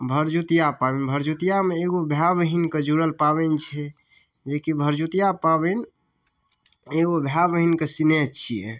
भरदुतिआ पाबनि भरदुतिआमे एगो भाय बहिनके जोड़ल पाबनि छै जे कि भरदुतिया पाबनि